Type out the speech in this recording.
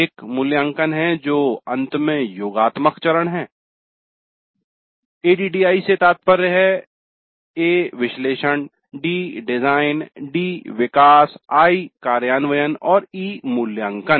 एक मूल्यांकन है जो अंत में योगात्मक चरण है ADDIE से तात्पर्य है A विश्लेषण D डिजाइन D विकास I कार्यान्वयन और E मूल्यांकन